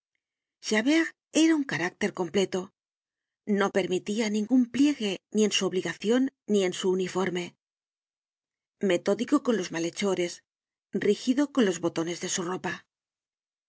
libertad javert era un carácter completo no permitia ningun pliegue ni en su obligacion ni en su uniforme metódico con los malhechores rígido con los botones de su ropa